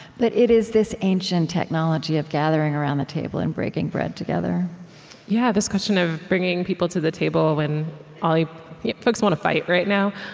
but it is this ancient technology of gathering around the table and breaking bread together yeah this question of bringing people to the table when ah like folks want to fight right now.